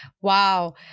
Wow